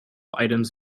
items